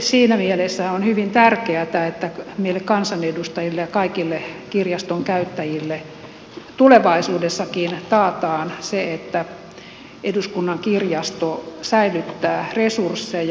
siinä mielessä on hyvin tärkeätä että meille kansanedustajille ja kaikille kirjaston käyttäjille tulevaisuudessakin taataan se että eduskunnan kirjasto säilyttää resursseja